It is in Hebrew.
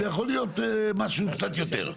זה יכול להיות משהו קצת יותר.